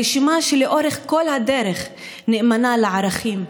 הרשימה שלאורך כל הדרך נאמנה לערכים,